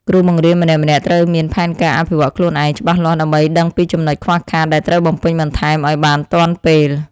គ្រូបង្រៀនម្នាក់ៗត្រូវមានផែនការអភិវឌ្ឍខ្លួនឯងច្បាស់លាស់ដើម្បីដឹងពីចំណុចខ្វះខាតដែលត្រូវបំពេញបន្ថែមឱ្យបានទាន់ពេល។